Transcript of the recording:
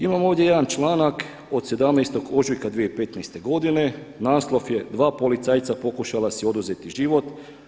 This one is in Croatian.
Imam ovdje jedan članak od 17. ožujka 2015. godine, naslov je „Dva policajca pokušala si oduzeti život.